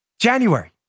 January